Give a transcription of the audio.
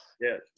yes